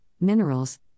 minerals